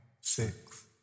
six